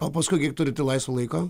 o paskui kiek turite laisvo laiko